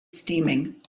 steaming